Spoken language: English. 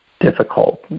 difficult